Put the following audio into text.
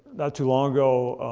not too long ago,